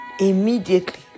immediately